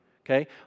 okay